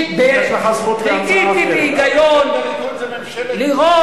עד שהגעתי למסקנה ניסיתי בהיגיון לראות,